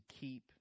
keep